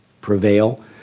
prevail